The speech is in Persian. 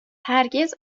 هرگز